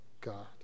God